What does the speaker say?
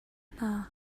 hna